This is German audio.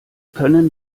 können